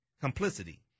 complicity